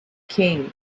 king